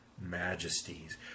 majesties